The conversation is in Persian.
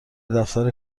دفتر